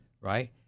right